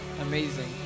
amazing